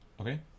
Okay